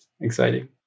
exciting